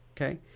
okay